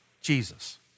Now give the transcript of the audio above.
Jesus